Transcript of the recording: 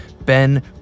Ben